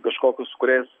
kažkokių su kuriais